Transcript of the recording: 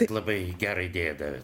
labai gerą idėją davėt